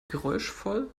geräuschvoll